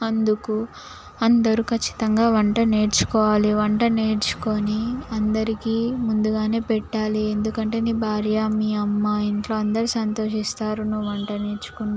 అందుకు అందరూ ఖచ్చితంగా వంట నేర్చుకోవాలి వంట నేర్చుకొని అందరికీ ముందుగానే పెట్టాలి ఎందుకంటే నీ భార్య మీ అమ్మ ఇంట్లో అందరూ సంతోషిస్తారు నువ్వు వంట నేర్చుకుంటే